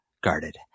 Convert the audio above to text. guarded